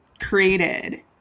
created –